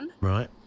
right